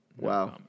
Wow